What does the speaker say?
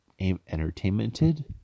entertainmented